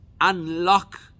unlock